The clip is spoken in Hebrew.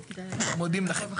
מודים לכם.